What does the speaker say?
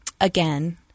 again